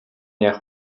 яах